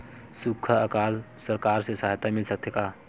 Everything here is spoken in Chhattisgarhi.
सुखा अकाल सरकार से सहायता मिल सकथे का?